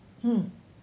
mm